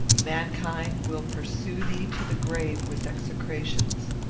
mankind will pursue thee to the grave with execrations.